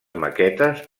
maquetes